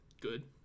Good